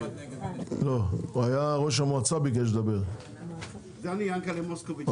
אני, יענקלה מוסקוביץ.